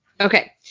Okay